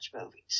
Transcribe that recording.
movies